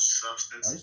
substance